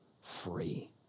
free